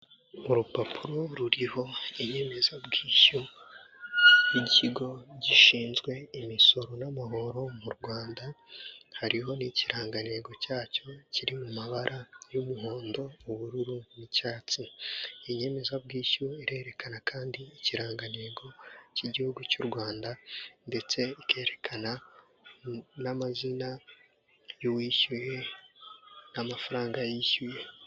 Urupapuro ruriho inyemezabwishyu y'ikigo gishinzwe imisoro n'amahoro mu Rwanda, hariho n'ikirangantego cyacyo kiri mu mabara y'umuhondo, ubururu n'icyatsi. Inyemezabwishyu irerekana kandi ikirangantego cy'igihugu cy'u Rwanda ndetse ikerekana n'amazina y'uwishyuye n'amafaranga yishyuye.